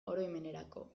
oroimenerako